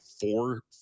four